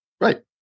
Right